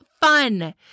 fun